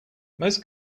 most